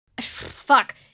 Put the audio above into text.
fuck